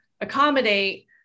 accommodate